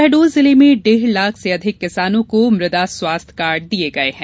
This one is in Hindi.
शहडोल जिले में डेढ़ लाख से अधिक किसानों को मुदा स्वास्थ्य कार्ड दिये गये हैं